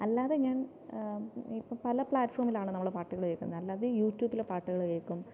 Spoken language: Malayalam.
അല്ലാതെ ഞാൻ ഇപ്പോൾ പല പ്ലാറ്റ്ഫോമിലാണ് നമ്മൾ പാട്ടുകൾ കേൾക്കുന്നത് അല്ലാതെ യൂട്യൂബിൽ പാട്ടുകൾ കേൾക്കും